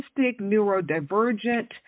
neurodivergent